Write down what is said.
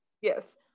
Yes